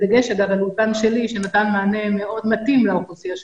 בדגש על 'אולפן שלי' שנתן מענה מאוד מתאים לאוכלוסייה שלנו.